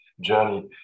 journey